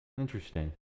Interesting